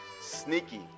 sneaky